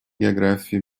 географии